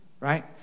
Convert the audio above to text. Right